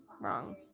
Wrong